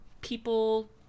people